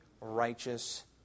righteous